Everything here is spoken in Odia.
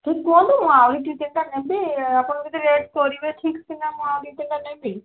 ଠିକ୍ କୁହଁନ୍ତୁ ମୁଁ ଆହୁରି ଦୁଇ ତିନିଟା ନେବି ଆପଣ ଯଦି ରେଟ୍ କରିବେ ଠିକ୍ ସିନା ମୁଁ ଆଉ ଦୁଇ ତିନିଟା ନେବି